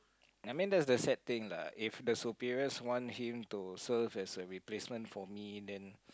I mean that's the sad thing lah if the superiors want him to serve as a replacement for me then